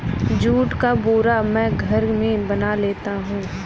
जुट का बोरा मैं घर में बना लेता हूं